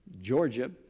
Georgia